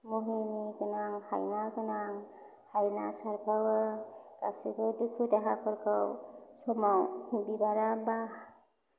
मुहिनि गोनां हाइना गोनां हाइना सारफावो गासैबो दुखु दाहाफोरखौ समाव बिबारा बा